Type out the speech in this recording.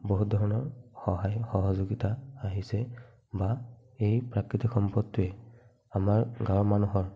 বহুত ধৰণৰ সহায় সহযোগীতা আহিছে বা সেই প্ৰাকৃতিক সম্পদটোৱে আমাৰ গাওঁৰ মানুহৰ